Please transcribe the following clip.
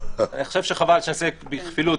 אני חושב שחבל שנעסוק פה בכפילות.